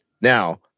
Now